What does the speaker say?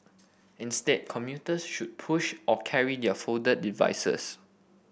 instead commuters should push or carry their folded devices